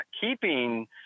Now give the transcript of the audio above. keeping